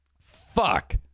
Fuck